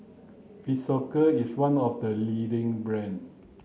Physiogel is one of the leading brand